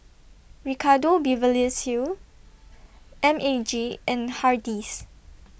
Ricardo Beverly Hills M A G and Hardy's